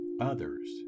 Others